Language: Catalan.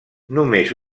només